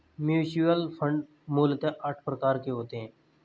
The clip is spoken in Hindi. म्यूच्यूअल फण्ड मूलतः आठ प्रकार के होते हैं